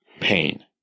pain